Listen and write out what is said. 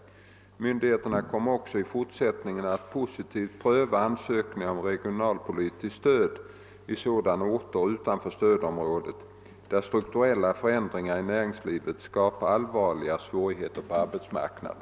Myndigheterna kommer också i fortsättningen att positivt pröva ansökningar om regionalpolitiskt stöd i sådana orter utanför stödområdet, där strukturella förändringar i näringslivet skapar allvarliga svårigheter på arbetsmarknaden.